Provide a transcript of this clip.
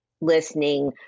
listening